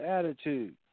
Attitude